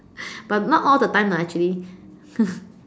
but not all the time lah actually